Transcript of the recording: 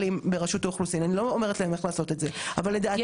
יש גישה לאותו עובד זר או עובדת זרה,